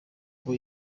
uko